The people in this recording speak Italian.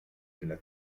della